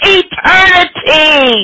eternity